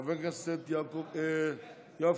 חבר הכנסת יואב קיש.